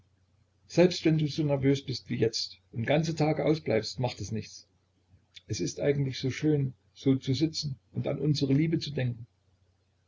selbst wenn du so nervös bist wie jetzt und ganze tage ausbleibst macht es nichts es ist eigentlich so schön so zu sitzen und an unsere liebe zu denken